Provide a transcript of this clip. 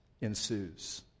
ensues